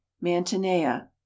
Mantinea